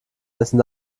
wessen